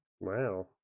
Wow